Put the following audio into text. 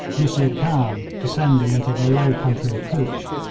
nusseer khan, descending into the low country of cutch,